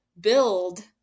build